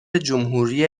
جمهوری